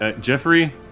Jeffrey